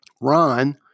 Ron